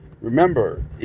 remember